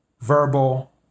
Verbal